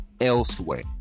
elsewhere